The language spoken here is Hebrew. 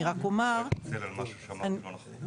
אני לא אתנצל על משהו שאמרתי --- אני